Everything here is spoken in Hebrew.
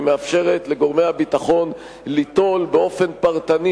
והיא מאפשרת לגורמי הביטחון ליטול באופן פרטני